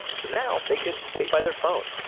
so now they could wait by their phone,